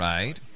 Right